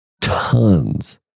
tons